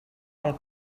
pel